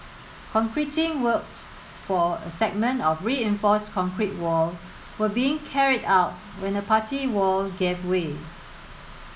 concreting works for a segment of reinforced concrete wall were being carried out when the party wall gave way